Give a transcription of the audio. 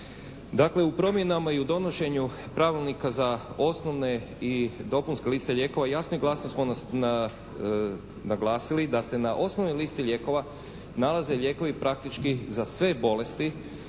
Dakle, u promjenama i u donošenju pravilnika za osnovne i dopunske liste lijekova jasno i glasno smo naglasili da se na osnovnoj listi lijekova nalaze lijekovi praktički za sve bolesti